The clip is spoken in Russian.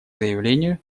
заявлению